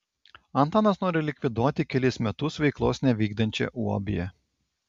antanas nori likviduoti kelis metus veiklos nevykdančią uab